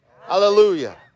Hallelujah